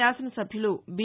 శాసనసభ్యులు బి